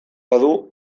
badu